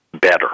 better